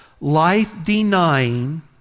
life-denying